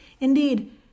Indeed